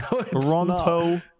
Toronto